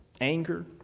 anger